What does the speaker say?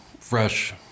fresh